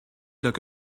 luck